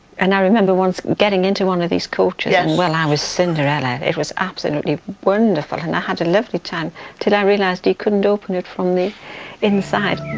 and i remember once getting into one of these coaches and well i was cinderella! it was absolutely wonderful, and i had a lovely time until i realized you couldn't open it from the inside!